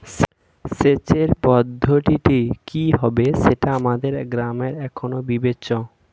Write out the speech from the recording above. সেচের পদ্ধতিটি কি হবে সেটা আমাদের গ্রামে এখনো বিবেচ্য